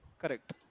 Correct